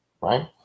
right